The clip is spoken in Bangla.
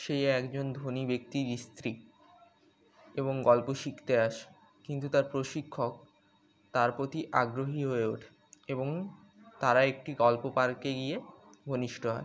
সে একজন ধনী ব্যক্তির স্ত্রী এবং গল্প শিখতে আসে কিন্তু তার প্রশিক্ষক তার প্রতি আগ্রহী হয়ে ওঠে এবং তারা একটি গল্প পার্কে গিয়ে ঘনিষ্ঠ হয়